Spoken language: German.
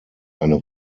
eine